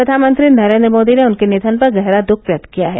प्रधानमंत्री नरेन्द्र मोदी ने उनके निधन पर गहरा दुख व्यक्त किया है